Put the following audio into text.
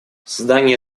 создание